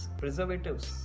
preservatives